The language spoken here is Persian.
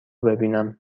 ببینم